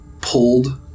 pulled